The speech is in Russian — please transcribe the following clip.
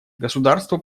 государству